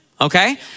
okay